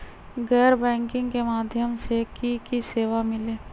गैर बैंकिंग के माध्यम से की की सेवा मिली?